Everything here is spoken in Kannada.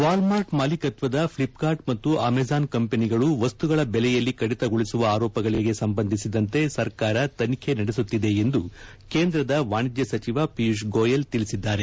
ವಾಲ್ಮಾರ್ಟ್ ಮಾಲೀಕತ್ವದ ಫ್ಲಿಪ್ಕಾರ್ಟ್ ಮತ್ತು ಅಮೆಜಾನ್ ಕಂಪನಿಗಳು ವಸ್ತುಗಳ ಬೆಲೆಯಲ್ಲಿ ಕದಿತಗೊಳಿಸುವ ಆರೋಪಗಳಿಗೆ ಸಂಬಂಧಿಸಿದಂತೆ ಸರಕಾರ ತನಿಖೆ ನಡೆಸುತ್ತಿದೆ ಎಂದು ಕೇಂದ್ರದ ವಾಣಿಜ್ಯ ಸಚಿವ ಪಿಯೂಶ್ ಗೋಯೆಲ್ ತಿಳಿಸಿದ್ದಾರೆ